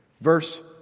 Verse